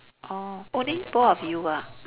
orh only both of you ah mm